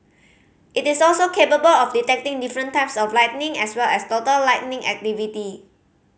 it is also capable of detecting different types of lightning as well as total lightning activity